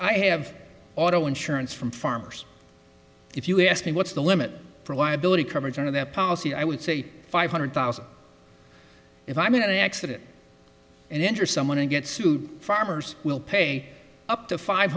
i have auto insurance from farmers if you ask me what's the limit for liability coverage on their policy i would say five hundred thousand if i'm in an accident and injure someone and get sued farmers will pay up to five